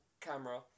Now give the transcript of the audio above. camera